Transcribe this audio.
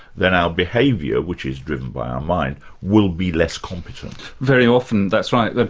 then our behaviour which is driven by our mind, will be less competent. very often, that's right. like